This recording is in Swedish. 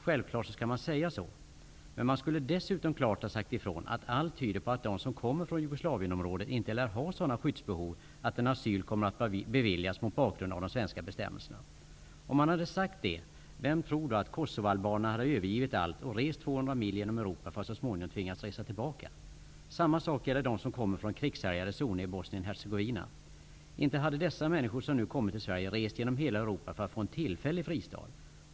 Självklart skall man säga så, men man skall dessutom klart säga ifrån att allt tyder på att de som kommer från Jugoslavienområdet inte lär ha sådana skyddsbehov att asyl kommer att beviljas mot bakgrund av de svenska bestämmelserna. Om man hade sagt detta, vem tror då att kosovoalbanerna hade övergivit allt och rest 200 mil genom Europa för att så småningom tvingas resa tillbaka? Samma sak gäller de som kommer från krigshärjade zoner i Bosnien-Hercegovina. Inte skulle dessa människor, som nu har kommit till Sverige, rest genom hela Europa för att få en tillfällig fristad.